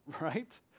Right